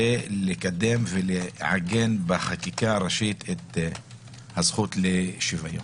ולקדם ולעגן בחקיקה הראשית את הזכות לשוויון.